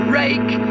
rake